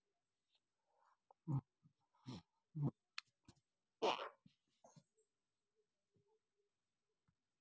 Transfer ಮಾಡಿದ ಹಣ ಅಕೌಂಟಿಗೆ ಬಂದಿದೆ ಅಂತ ಹೇಗೆ ನೋಡ್ಲಿಕ್ಕೆ ಆಗ್ತದೆ?